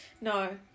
No